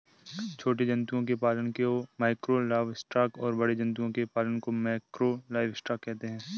छोटे जंतुओं के पालन को माइक्रो लाइवस्टॉक और बड़े जंतुओं के पालन को मैकरो लाइवस्टॉक कहते है